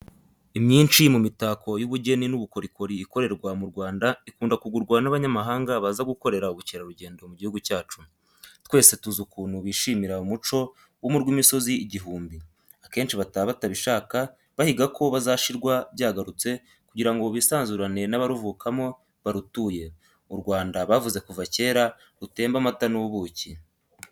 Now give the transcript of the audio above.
Imyinshi mu mitako y' ubugeni n'ubukorikori ikorerwa mu Rwanda ikunda kugurwa n'abanyamahanga baza gukorera ubukerarugendo mu gihugu cyacu. Twese tuzi ukuntu bishimira umuco wo mu rw'imisozi igihumbi, akenshi bataha batabishaka, bahiga ko bazashirwa byagarutse kugira ngo bisanzurane n'abaruvukamo, barutuye. U Rwanda bavuze kuva kera rutemba amata n'ubuki.